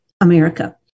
America